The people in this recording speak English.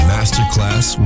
Masterclass